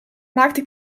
maakte